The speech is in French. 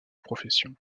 profession